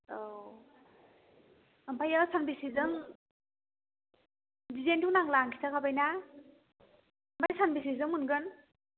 औ ओमफ्रायो सानबेसेजों डिजाइन्टथ' नांला आं खिथाखाबायना ओमफ्राय सानबेसेजों मोनगोन